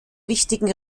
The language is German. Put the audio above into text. wichtigen